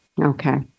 Okay